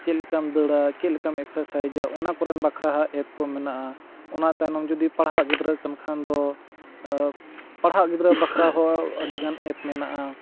ᱪᱮᱫ ᱞᱮᱠᱟᱢ ᱫᱟᱹᱲᱟ ᱪᱮᱫ ᱞᱮᱠᱟᱢ ᱮᱠᱥᱟᱨᱥᱟᱭᱤᱡᱟ ᱚᱱᱟ ᱠᱚᱨᱮᱱ ᱵᱟᱠᱷᱨᱟ ᱮᱯ ᱠᱚ ᱢᱮᱱᱟᱜᱼᱟ ᱚᱱᱟ ᱛᱟᱭᱱᱚᱢ ᱡᱩᱫᱤ ᱯᱟᱲᱦᱟᱜ ᱜᱤᱫᱽᱨᱟᱹ ᱠᱟᱱ ᱠᱷᱟᱱ ᱫᱚ ᱯᱟᱲᱦᱟᱜ ᱜᱤᱫᱽᱨᱟᱹ ᱵᱟᱠᱷᱨᱟ ᱦᱚᱸ ᱟᱹᱰᱤ ᱜᱟᱱ ᱮᱯ ᱢᱮᱱᱟᱜᱼᱟ